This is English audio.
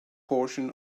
portion